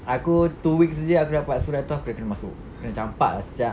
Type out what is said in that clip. aku two weeks jer aku dapat surat tu aku dah kena masuk kena campak ah sia